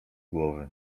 głowy